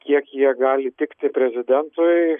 kiek jie gali įtikti prezidentui